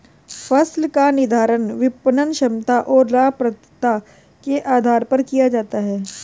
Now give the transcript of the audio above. फसल का निर्धारण विपणन क्षमता और लाभप्रदता के आधार पर किया जाता है